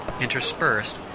interspersed